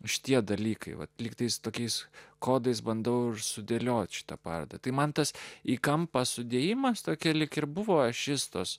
už tie dalykai atliktais tokiais kodais bandau sudėlioti šita paroda tai man tas į kampą sudėjimas tokia lyg ir buvo ašis tos